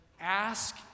ask